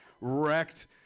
wrecked